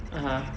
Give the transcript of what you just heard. (uh huh)